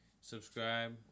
subscribe